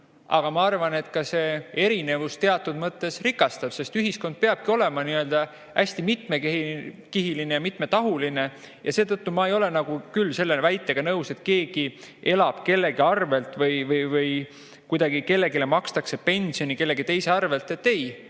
Aga ma arvan, et see erinevus teatud mõttes rikastab, sest ühiskond peabki olema hästi mitmekihiline ja mitmetahuline. Seetõttu ma ei ole küll selle väitega nõus, et keegi elab kellegi arvel või et kellelegi makstakse pensioni kellegi teise arvel. Ei.